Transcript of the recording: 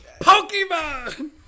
Pokemon